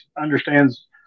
understands